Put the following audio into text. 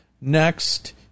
next